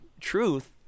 Truth